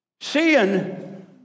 seeing